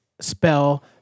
spell